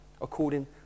according